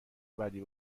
بدی